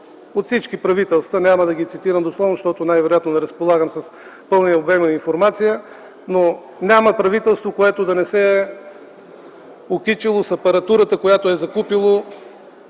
от всички правителства – няма да ги цитирам дословно, защото най-вероятно не разполагам с пълния обем информация, но няма правителство, което да не се е окичило с апаратурата, която е закупило